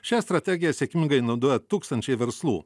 šią strategiją sėkmingai naudoja tūkstančiai verslų